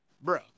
bro